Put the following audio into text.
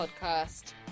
podcast